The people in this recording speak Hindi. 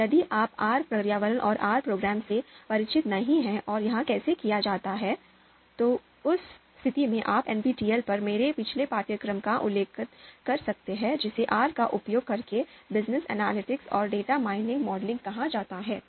अब यदि आप आर पर्यावरण और आर प्रोग्रामिंग से परिचित नहीं हैं और यह कैसे किया जाता है तो उस स्थिति में आप एनपीटीईएल पर मेरे पिछले पाठ्यक्रम का उल्लेख कर सकते हैं जिसे आर का उपयोग करके बिजनेस एनालिटिक्स और डेटा माइनिंग मॉडलिंग कहा जाता है